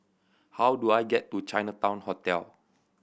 how do I get to Chinatown Hotel